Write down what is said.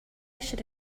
should